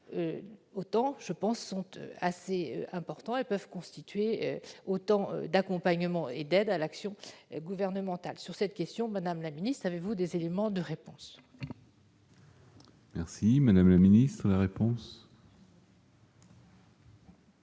pourtant sont assez importants et peuvent constituer autant d'accompagnement et d'aide à l'action gouvernementale. Sur cette question, madame la ministre, avez-vous des éléments de réponse ? La parole est à Mme la ministre. Madame